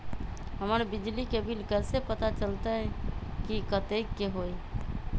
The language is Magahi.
हमर बिजली के बिल कैसे पता चलतै की कतेइक के होई?